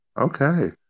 Okay